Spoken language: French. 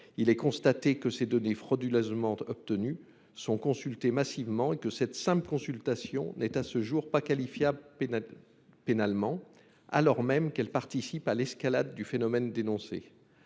il est constaté que ces données frauduleusement obtenues sont consultées massivement et que cette simple consultation n’est à ce jour pas qualifiable pénalement, alors même qu’elle participe de l’escalade du phénomène dénoncé.